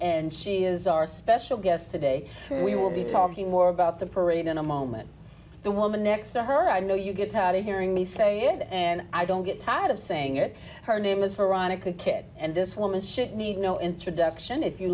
and she is our special guest today we will be talking more about the parade in a moment the woman next to her i know you get tired of hearing me say it and i don't get tired of saying it her name is veronica kid and this woman should need no introduction if you